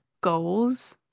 goals